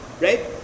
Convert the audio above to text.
right